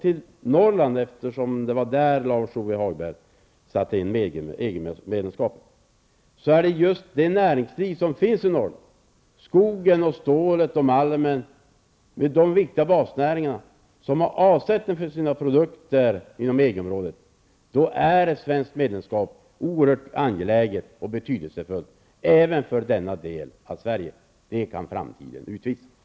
Beträffande EG medlemskap tror jag att det är viktigt att komma ihåg att det är just med tanke på det näringsliv som finns i Norrland, med de viktiga basnäringarna skog, stål och malm med avsättning inom EG området, som ett svenskt medlemskap är oerhört angeläget och betydelsefullt även för denna del av Sverige. Det kommer framtiden att kunna utvisa.